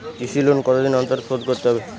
কৃষি লোন কতদিন অন্তর শোধ করতে হবে?